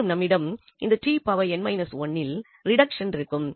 மேலும் நம்மிடம் இந்த இல் ரிடக்சன் இருக்கும்